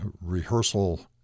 rehearsal